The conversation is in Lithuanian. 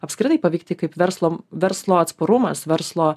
apskritai paveikti kaip verslo verslo atsparumas verslo